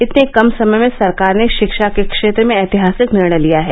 इतने कम समय में सरकार ने शिक्षा के क्षेत्र में ऐतिहासिक निर्णय लिया है